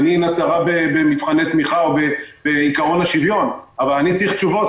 עיני אינה צרה במבחני תמיכה או בעיקרון השוויון אבל אני צריך תשובות,